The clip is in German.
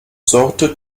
sorte